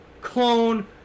clone